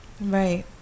Right